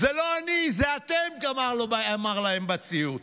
זה לא אני, זה אתם, אמר להם בציוץ.